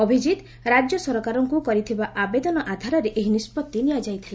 ଅଭିଜିତ ରାକ୍ୟ ସରକାରଙ୍କୁ କରିଥିବା ଆବେଦନ ଆଧାରରେ ଏହି ନିଷ୍ବଭି ନିଆଯାଇଥିଲା